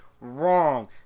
wrong